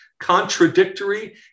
contradictory